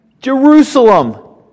Jerusalem